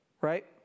Right